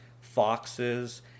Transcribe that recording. foxes